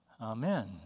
Amen